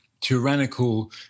tyrannical